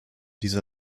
diese